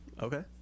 Okay